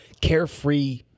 carefree